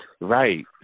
Right